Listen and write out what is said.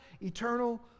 eternal